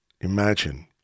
imagine